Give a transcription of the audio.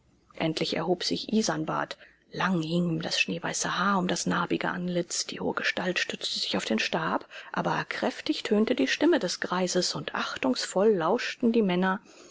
endlich erhob sich isanbart lang hing ihm das schneeweiße haar um das narbige antlitz die hohe gestalt stützte sich auf den stab aber kräftig tönte die stimme des greises und achtungsvoll lauschten die männer